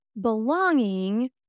belonging